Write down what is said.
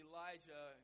Elijah